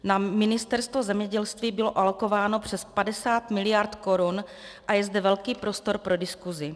Na Ministerstvo zemědělství bylo alokováno přes 50 mld. Kč a je zde velký prostor pro diskusi.